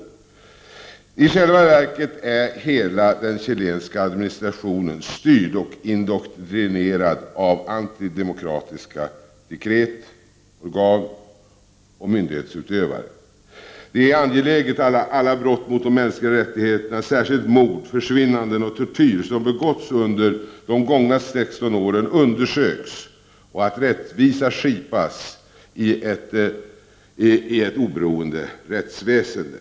Men i själva verket är hela den chilenska administrationen styrd och indoktrinerad av antidemokratiska dekret, organ och myndighetsutövare. Det är angeläget att alla brott mot de mänskliga rättigheterna under de gångna 16 år, särskilt mord, försvinnanden och tortyr, undersöks och att rättvisa skipas i ett oberoende rättsväsende.